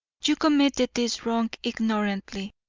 you committed this wrong ignorantly.